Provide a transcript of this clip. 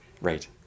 right